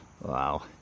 Wow